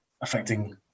affecting